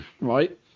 right